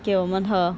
给我们喝